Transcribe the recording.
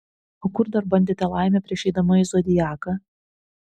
o kur dar bandėte laimę prieš eidama į zodiaką